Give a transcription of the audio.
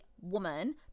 woman